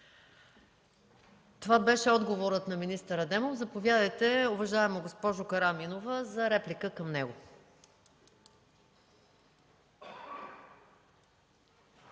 Това беше отговорът на министър Адемов. Заповядайте, уважаема госпожо Караминова, за реплика към него.